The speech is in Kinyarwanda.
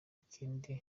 kindi